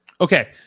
Okay